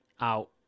out